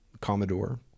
commodore